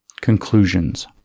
Conclusions